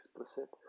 explicit